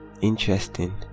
Interesting